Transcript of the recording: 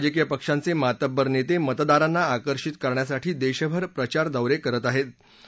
विविध राजकीय पक्षांचे मातब्बर नेते मतदारांना आकर्षित करण्यासाठी देशभर प्रचार दौरे करत आहेत